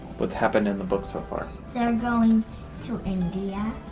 what's happened in the book so far? they're going to india.